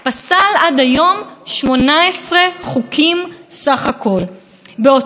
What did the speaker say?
באותו פרק זמן בית המשפט העליון בארצות הברית פסל 50 חוקים,